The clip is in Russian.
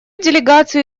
делегацию